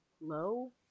low